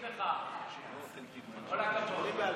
מיכאל, רפורמה,